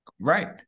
Right